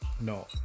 No